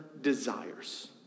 desires